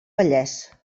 vallès